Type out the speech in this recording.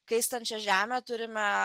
kaistančią žemę turime